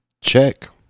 check